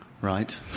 right